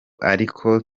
ariko